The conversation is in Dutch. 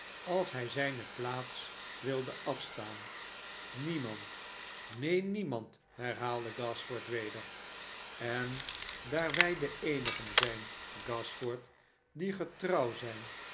als hij zijne plaats wilde afstaan niemand neen niemand herhaalde gashford weder en daar wij de eenigen zijn gashford die getrouw zijn